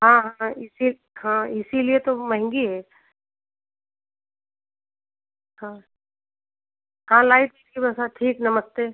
हाँ हाँ इसी हाँ इसीलिए तो वह महंगी है हाँ हाँ लाइट की व्यवस्था ठीक नमस्ते